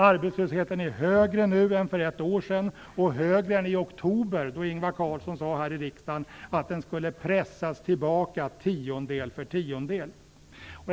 Arbetslösheten är högre nu än för ett år sedan och högre än i oktober, då Ingvar Carlsson sade här i riksdagen att den skulle pressas tillbaka tiondel för tiondel.